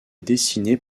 dessinée